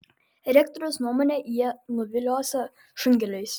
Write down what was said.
rektoriaus nuomone jie nuviliosią šunkeliais